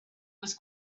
was